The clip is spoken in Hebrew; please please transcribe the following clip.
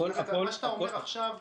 מה שאתה אומר עכשיו זה: